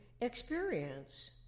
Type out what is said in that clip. experience